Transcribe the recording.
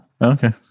Okay